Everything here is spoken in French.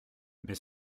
mais